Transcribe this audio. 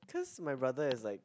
cause my brother is like